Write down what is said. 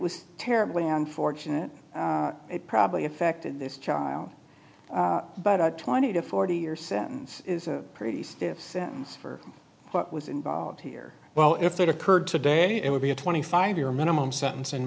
was terribly unfortunate it probably affected this child but a twenty to forty year sentence is a pretty stiff sentence for what was involved here well if that occurred today it would be a twenty five year minimum sentence in